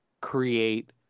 create